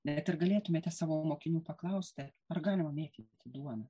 net ir galėtumėte savo mokinių paklausti ar galima mėtyti duoną